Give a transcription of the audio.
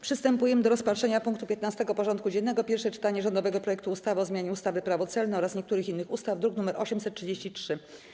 Przystępujemy do rozpatrzenia punktu 15. porządku dziennego: Pierwsze czytanie rządowego projektu ustawy o zmianie ustawy - Prawo celne oraz niektórych innych ustaw (druk nr 833)